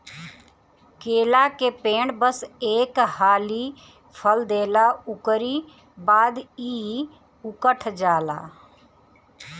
केला के पेड़ बस एक हाली फल देला उकरी बाद इ उकठ जाला